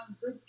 good